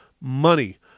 money